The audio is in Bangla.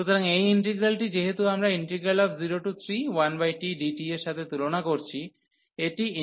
সুতরাং এই ইন্টিগ্রালটি যেহেতু আমরা 031tdt এর সাথে তুলনা করছি এই ইন্টিগ্রালটি ডাইভার্জ হয়